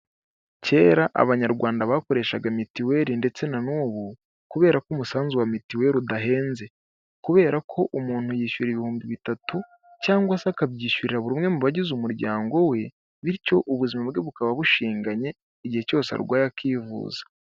Kera abanyarwanda bakoreshaga mitiweli ndetse na nubu kubera ko umusanzu wa mituwelil udahenze kubera ko umuntu yishyura ibihumbi bitatu cyangwa se akabyishyurira buri umwe mu bagize umuryango we, bityo ubuzima bwe bukaba bushinganye igihe cyose arwaye akivuza.